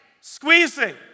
squeezing